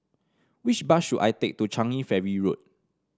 which bus should I take to Changi Ferry Road